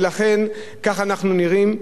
ולכן כך אנחנו נראים,